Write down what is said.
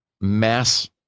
mass